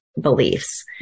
beliefs